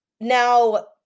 Now